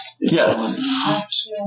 Yes